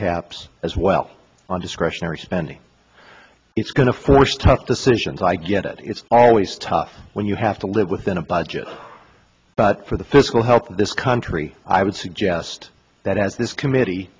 caps as well on discretionary spending it's going to force tough decisions i get it it's always tough when you have to live within a budget but for the fiscal health of this country i would suggest that as this committee